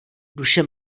duše